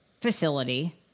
facility